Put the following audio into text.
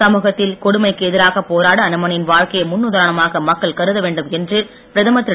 சமூகத்தில் கொடுமைக்கு எதிராக போராட அனுமனின் வாழ்க்கையை முன்னுதாரணமாக மக்கள் கருதவேண்டும் என்று பிரதமர் திரு